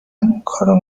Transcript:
اونکارو